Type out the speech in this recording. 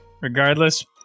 regardless